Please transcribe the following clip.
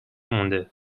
مونده